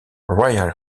royal